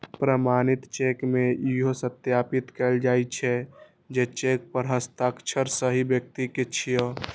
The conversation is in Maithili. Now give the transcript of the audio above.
प्रमाणित चेक मे इहो सत्यापित कैल जाइ छै, जे चेक पर हस्ताक्षर सही व्यक्ति के छियै